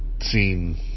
seen